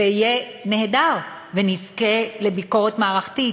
ויהיה נהדר ונזכה לביקורת מערכתית,